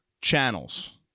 channels